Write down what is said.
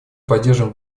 поддерживаем